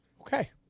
Okay